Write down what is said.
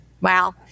Wow